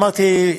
אמרתי,